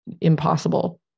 impossible